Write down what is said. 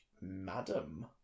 Madam